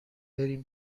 بریم